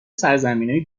سرزمینای